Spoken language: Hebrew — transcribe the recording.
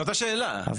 זאת השאלה.